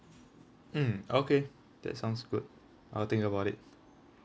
mm okay that sounds good I'll about it